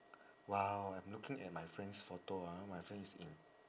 !wow! I'm looking at my friend's photo ah my friend is in